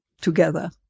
together